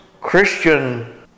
Christian